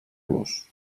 los